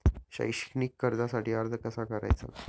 शैक्षणिक कर्जासाठी अर्ज कसा करायचा?